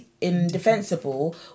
indefensible